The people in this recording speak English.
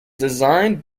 designed